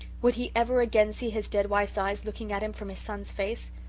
would he ever again see his dead wife's eyes looking at him from his son's face?